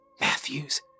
Matthews